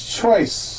Choice